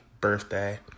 birthday